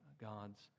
God's